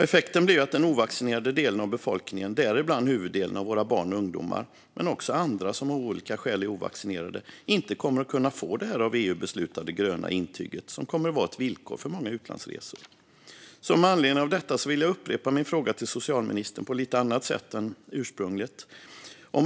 Effekten blir att den ovaccinerade delen av befolkningen - däribland huvuddelen av våra barn och ungdomar men också andra som av olika skäl är ovaccinerade - inte kommer att kunna få det av EU beslutade gröna intyget, som kommer att vara ett villkor för många utlandsresor. Med anledning av detta vill jag upprepa min fråga till socialministern, lite på ett annat sätt än det ursprungliga.